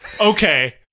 okay